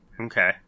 Okay